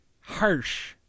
harsh